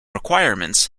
requirements